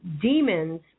Demons